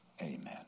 Amen